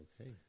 Okay